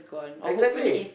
exactly